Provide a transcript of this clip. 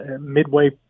midway